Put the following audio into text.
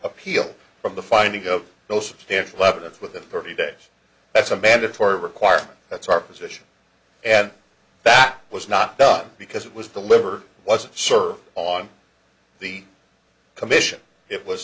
appeal from the finding of no substantial evidence within thirty days that's a mandatory requirement that's our position and that was not done because it was the liver wasn't served on the commission it was